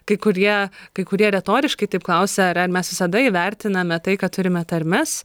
kai kurie kai kurie retoriškai klausia ar mes visada įvertiname tai kad turime tarmes